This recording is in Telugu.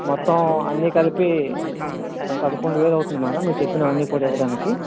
మొత్తం అన్నీ కలిపి పదకొండు వేలవుతుంది మేడం మీరు చెప్పినవన్నీ కూడా ఇవ్వడానికి